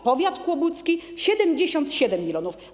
Powiat kłobucki - 77 mln.